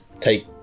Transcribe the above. take